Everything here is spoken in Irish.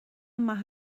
maith